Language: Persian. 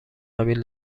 قبیل